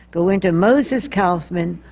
go into moises kaufman,